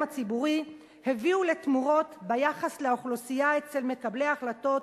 הציבורי הביאו לתמורות ביחס לאוכלוסייה אצל מקבלי ההחלטות